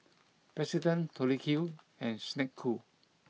President Tori Q and Snek Ku